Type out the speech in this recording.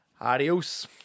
Adios